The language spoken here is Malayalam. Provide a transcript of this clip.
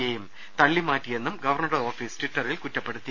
യെയും തള്ളിമാറ്റിയെന്നും ഗവർണറുടെ ഓഫീസ് ടിറ്ററിൽ കുറ്റപ്പെ ടുത്തി